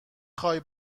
خوای